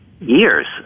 years